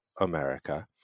America